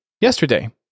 yesterday